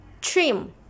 trim